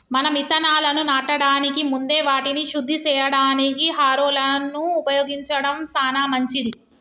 మనం ఇత్తనాలను నాటడానికి ముందే వాటిని శుద్ది సేయడానికి హారొలను ఉపయోగించడం సాన మంచిది